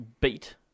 beat